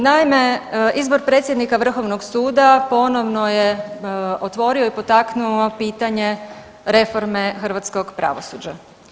Naime izbor predsjednika Vrhovnog suda ponovno je otvorio i potaknuo pitanje reforme hrvatskog pravosuđa.